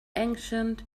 ancient